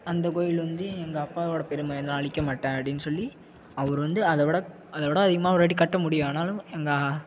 அந்த கோயில் வந்து எங்க அப்பாவோடய பெருமை நான் அளிக்க மாட்டேன் அப்படினு சொல்லி அவர் வந்து அதை விட அதை விட அதிகமாக அவராட்டி கட்ட முடியும் ஆனாலும் எங்கள்